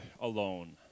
alone